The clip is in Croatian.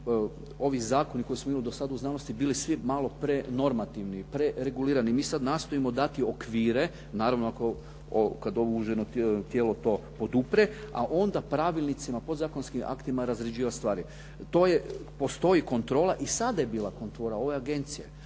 ovi zakoni koje smo imali do sad u znanosti bili svi malo prenormativni, preregulirani. Mi sad nastojimo dati okvire, naravno ako, kad ovo uvaženo tijelo to podupre, a onda pravilnicima, podzakonskim aktima razrađivati stvari. To je, postoji kontrola. I sada je bila kontrola u ove agencije,